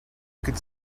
could